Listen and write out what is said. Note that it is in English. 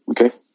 Okay